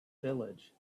village